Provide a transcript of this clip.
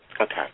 Okay